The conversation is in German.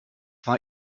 war